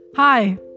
Hi